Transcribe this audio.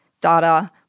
data